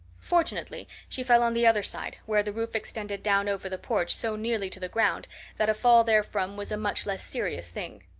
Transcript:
fortunately she fell on the other side, where the roof extended down over the porch so nearly to the ground that a fall therefrom was a much less serious thing.